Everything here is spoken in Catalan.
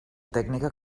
tècnica